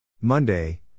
Monday